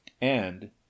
And